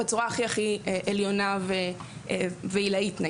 בצורה הכי עליונה ועילאית.